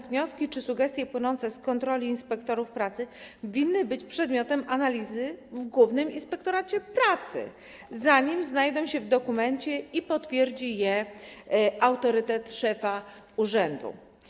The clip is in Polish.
Wnioski czy sugestie płynące z kontroli inspektorów pracy winny być przedmiotem analizy Głównego Inspektoratu Pracy, zanim znajdą się w dokumencie i potwierdzi je autorytet szefa urzędu.